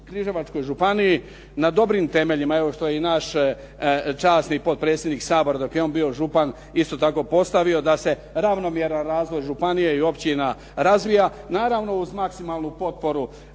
Koprivničko-križevačkoj županiji na dobrim temeljima evo što je i naš časni potpredsjednik Sabora dok je on bio župan isto tako postavio da se ravnomjeran razvoj županija i općina razvija naravno uz maksimalnu potporu